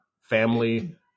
family